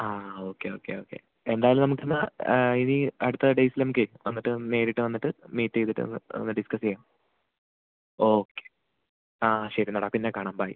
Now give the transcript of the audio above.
ആ okay okay okay എന്തായാലും നമുക്ക് ഇന്ന് ഇനി ഈ അടുത്ത ഡേറ്റിൽ നമുക്ക് വന്നിട്ട് നേരിട്ട് വന്നിട്ട് മീറ്റ് ചെയ്തിട്ട് ഒന്ന് ഒന്ന് ഡിസ്കസ് ചെയ്യാം ഓക്കെ ആ ശരിയെന്നാടാ പിന്നെ കാണാം ബൈ